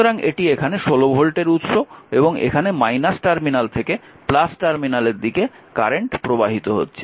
সুতরাং এটি এখানে 16 ভোল্টের উৎস এবং এখানে টার্মিনাল থেকে টার্মিনালের দিকে কারেন্ট প্রবাহিত হচ্ছে